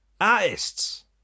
Artists